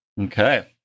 Okay